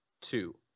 Two